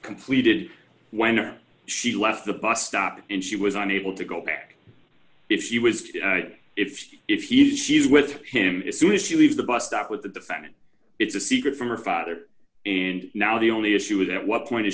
completed when her she left the bus stop and she was unable to go back if she was if he if he she is with him as soon as you leave the bus stop with the defendant it's a secret from her father and now the only issue is at what point i